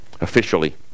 officially